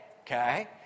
okay